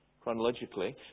chronologically